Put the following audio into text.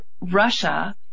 Russia